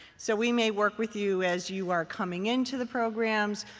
so we may work with you as you are coming into the programs.